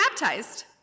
baptized